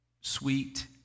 sweet